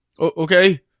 Okay